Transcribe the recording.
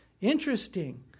Interesting